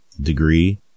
degree